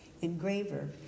engraver